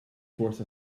forced